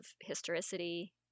historicity